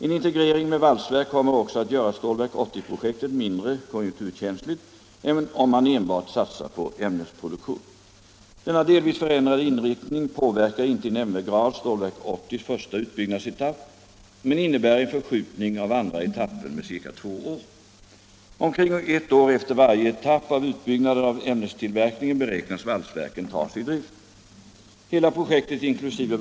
En integrering med valsverk kommer också att göra Stålverk 80-projektet mindre konjunkturkänsligt än om man enbart satsar på ämnesproduktion. Denna delvis förändrade inriktning påverkar inte i nämnvärd grad Stålverk 80:s första utbyggnadsetapp men innebär en förskjutning av andra etappen med ca två år. Omkring ett år efter varje etapp av utbyggnaden av ämnestillverkningen beräknas valsverken tas i drift. Hela projektet inkl.